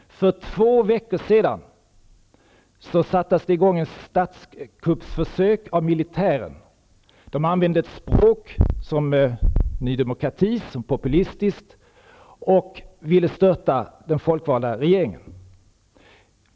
För två veckor sedan gjordes ett försök till statskupp av militären. Militären använde ett språk som Ny Demokrati använder, dvs. ett populistiskt, och ville störta den folkvalda regeringen.